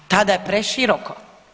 Tada je preširoko.